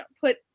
put